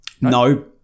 No